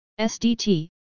SDT